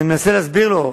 אני מנסה להסביר לו.